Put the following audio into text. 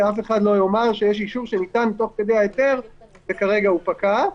ואף אחד לא יאמר שיש אישור שניתן תוך כדי ההיתר וכרגע הוא פקע.